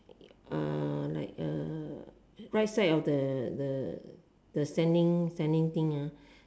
uh like a right side of the the the standing standing thing